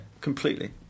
Completely